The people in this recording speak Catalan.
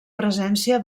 presència